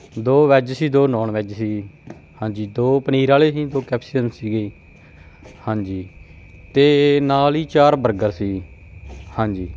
ਦੋ ਵੈਜ ਸੀ ਦੋ ਨੋਨ ਵੈਜ ਸੀ ਹਾਂਜੀ ਦੋ ਪਨੀਰ ਵਾਲੇ ਸੀ ਦੋ ਕੈਪਸ਼ੀਅਨ ਸੀਗੇ ਹਾਂਜੀ ਅਤੇ ਨਾਲ ਹੀ ਚਾਰ ਬਰਗਰ ਸੀ ਹਾਂਜੀ